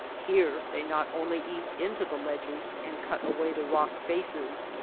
here they not only eat into the ledges and cut away the rock faces,